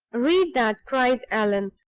read that, cried allan,